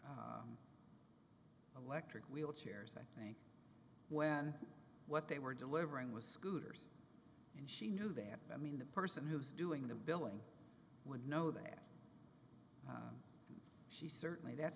electric wheelchairs when what they were delivering was scooter's and she knew that i mean the person who's doing the billing would know that she certainly that's